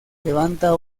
levanta